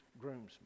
groomsmen